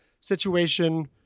situation